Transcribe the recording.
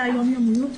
זה היום יומיות,